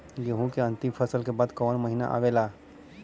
गेहूँ के अंतिम फसल के बाद कवन महीना आवेला?